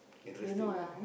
interesting you know